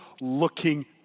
looking